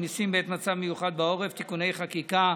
מיסים בעת מצב מיוחד בעורף (תיקוני חקיקה),